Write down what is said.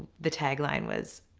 the tagline was